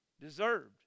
deserved